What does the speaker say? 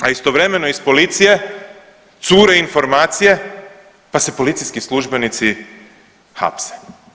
A istovremeno iz policije cure informacije pa se policijski službenici hapse.